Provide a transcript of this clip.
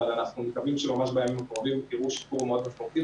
אבל אנחנו מקווים שממש בימים הקרובים תראו שיפור מאוד משמעותי,